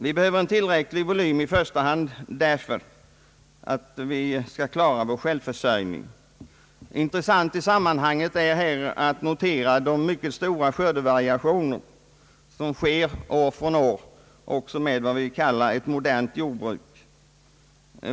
Vi behöver en tillräcklig volym på jordbruket i första hand för att kunna klara vår självförsörjning. Intressant i sammanhanget är att notera de mycket stora skördevariationerna år från år också inom ett vad vi kallar modernt jordbruk.